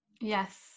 Yes